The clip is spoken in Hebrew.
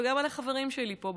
וגם על החברים שלי פה,